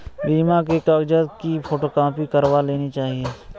बीमा के कागजात की फोटोकॉपी करवा लेनी चाहिए